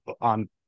on